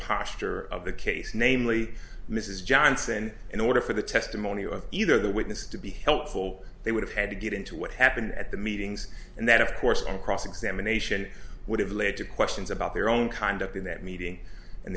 posture of the case namely mrs johnson in order for the testimony of either the witness to be helpful they would have had to get into what happened at the meetings and that of course on cross examination would have led to questions about their own kind up in that meeting and